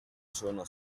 sono